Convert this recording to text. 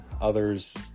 Others